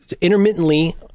intermittently